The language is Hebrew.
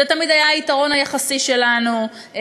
זה תמיד היה היתרון היחסי שלנו,